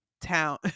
town